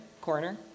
corner